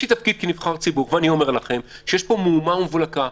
יש לי תפקיד כנבחר ציבור ואני אומר לכם שיש פה מהומה ומבולקה,